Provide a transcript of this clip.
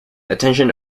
attention